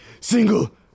single